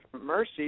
mercy